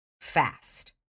fast